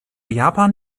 japan